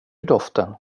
doften